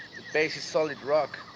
base is solid rock.